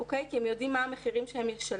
לממ"ח כי הם יודעים מה המחיר החברתי שהם ישלמו,